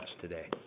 today